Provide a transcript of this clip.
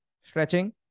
stretching